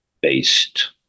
based